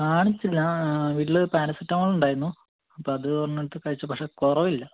കാണിച്ചില്ല ആ വീട്ടിൽ പാരാസെറ്റമോള് ഉണ്ടായിരുന്നു അപ്പോൾ അത് ഒരെണ്ണം എടുത്തു കഴിച്ചു പക്ഷേ കുറവില്ല